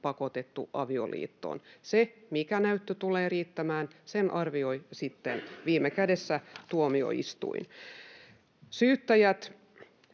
pakotettu avioliittoon. Sen, mikä näyttö tulee riittämään, arvioi viime kädessä tuomioistuin. Syyttäjät